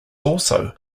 also